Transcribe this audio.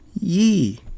ye